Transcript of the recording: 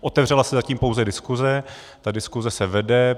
Otevřela se zatím pouze diskuse, ta diskuse se vede.